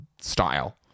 style